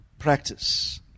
practice